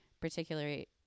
particularly